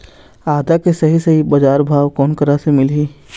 आदा के सही सही बजार भाव कोन करा से मिलही?